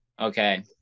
okay